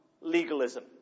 legalism